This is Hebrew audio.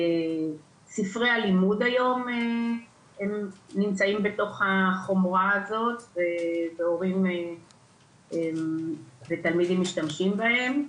ספרי הלימוד היום נמצאים בתוך החומרה הזאת והורים ותלמידים משתמשים בהם.